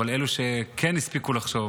אבל אלו שכן הספיקו לחשוב,